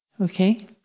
Okay